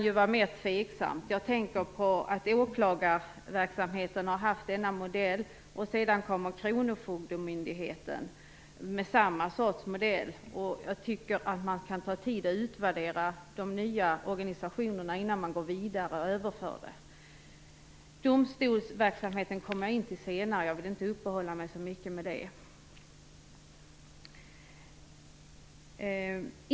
Jag tänker på att åklagarverksamheten har haft denna modell och sedan kommer kronofogdemyndigheten med samma sorts modell. Jag tycker att man kan ta sig tid att utvärdera de nya organisationerna innan man går vidare och överför den. Domstolsverksamheten kommer jag till senare. Jag vill inte uppehålla mig så mycket vid den.